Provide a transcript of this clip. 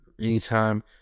anytime